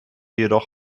jedoch